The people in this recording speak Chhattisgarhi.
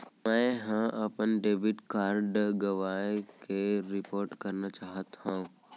मै हा अपन डेबिट कार्ड गवाएं के रिपोर्ट करना चाहत हव